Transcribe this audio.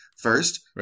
first